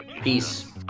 Peace